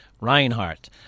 Reinhardt